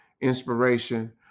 inspiration